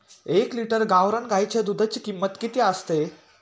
एक लिटर गावरान गाईच्या दुधाची किंमत किती असते?